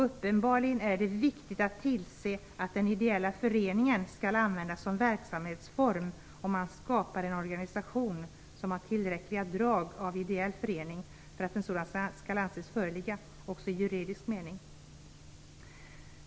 Uppenbarligen är det viktigt att tillse, om den ideella föreningen skall användas som verksamhetsform, att man skapar en organisation som har tillräckliga drag av ideell förening för att en sådan skall anses föreligga också i juridisk mening.